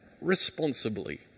responsibly